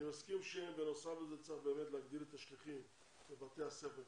אני מסכים שבנוסף לזה באמת צריך להגדיל את השליחים לבתי הספר,